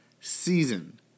season